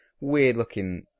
Weird-looking